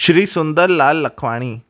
Shri Sundar Lal Lakhwani